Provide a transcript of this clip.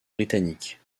britannique